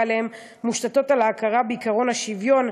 אליהן מושתתות על ההכרה בעקרון השוויון,